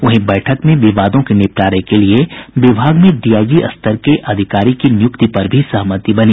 वहीं बैठक में विवादों के निपटारे के लिये विभाग में डीआईजी स्तर के अधिकारी की नियुक्ति पर भी सहमति बनी